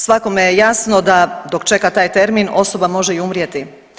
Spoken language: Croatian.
Svakome je jasno dok čeka taj termin osoba može i umrijeti.